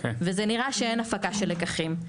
וזה נראה שאין הפקה של לקחים.